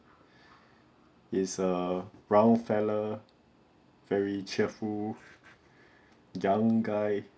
it's a round fellow very cheerful young guy